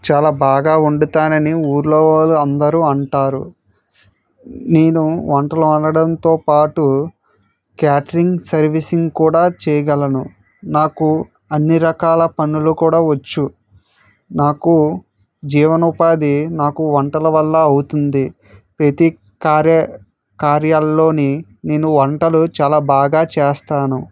చాలా బాగా వండుతానని ఊళ్ళో వాళ్ళు అందరు అంటారు నేను వంటలు వండడంతో పాటు క్యాటరింగ్ సర్వీసింగ్ కూడా చేయగలను నాకు అన్నీ రకాల పనులు కూడా వచ్చు నాకు జీవనోపాధి నాకు వంటల వల్ల అవుతుంది ప్రతి కార్య కార్యాలలో వంటలు నేను బాగా చేస్తాను